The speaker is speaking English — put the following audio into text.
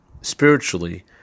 spiritually